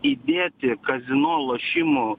įdėti kazino lošimų